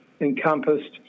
encompassed